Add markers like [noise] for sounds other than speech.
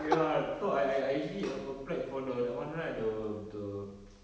ya so I I I actually a~ applied for the that one right the the [noise]